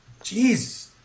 Jeez